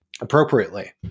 appropriately